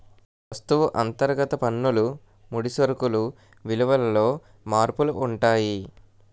వస్తువు అంతర్గత పన్నులు ముడి సరుకులు విలువలలో మార్పులు ఉంటాయి